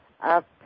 up